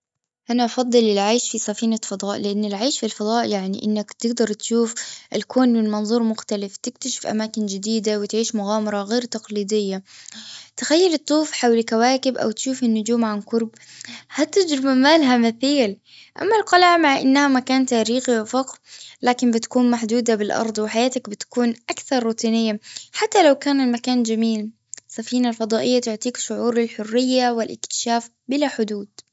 أنا بفضل العيش في سفينة فضاء لأن العيش في الفضاء يعني إنك تقدر تشوف الكون من منظور مختلف تكتشف أماكن جديدة وتعيش مغامرة غير تقليدية تخيلي تطوفي حل كواكب أو تشوفي النجوم عن قرب هادي التجربة ما لها مثيل أما القلعة مع إنها مكان تاريخي الرفاق لكن بتكون محدودة بالأرض وحياتك بتكون أكثر روتينية. حتى لو كان المكان جميل. السفينة الفضائية تعطيك شعور الحرية والأكتشاف بلا حدود.